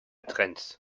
trends